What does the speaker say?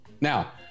Now